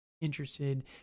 interested